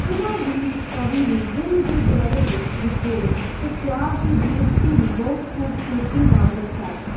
ਉਹਨਾਂ ਦੀ ਕਵੀ ਨੇ ਦਿਲ ਦੇ ਗਹਿਰੇ ਦੁੱਖ ਵਿਛੋੜੇ ਅਤੇ ਪਿਆਰ ਦੀ ਬੇਵੱਸੀ ਨੂੰ ਬਹੁਤ ਖੂਬਸੂਰਤੀ ਨਾਲ ਦਰਸਾਇਆ